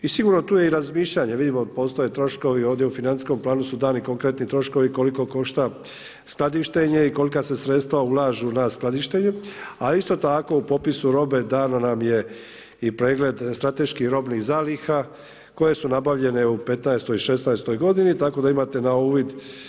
I sigurno tu je i razmišljanje, vidimo postoje troškovi ovdje u financijskom planu su dani konkretni troškovi koliko košta skladištenje i kolika se sredstva ulažu na skladištenju, a isto tako u popisu robe dan nam je pregled i strateških robnih zaliha koje su nabavljene u 2015. i 2016. godini, tako da imate na uvid.